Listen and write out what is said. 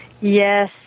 Yes